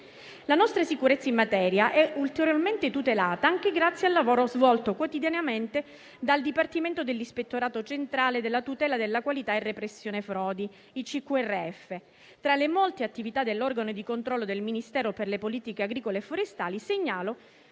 La nostra sicurezza in materia è ulteriormente tutelata anche grazie al lavoro svolto quotidianamente dal dipartimento dell'Ispettorato centrale della tutela della qualità e repressione frodi (Icqrf). Tra le molte attività dell'organo di controllo del Ministero per le politiche agricole e forestali segnalo